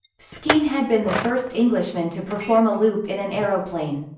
skene had been the first englishman to perform a loop in an aeroplane.